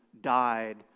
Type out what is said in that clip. died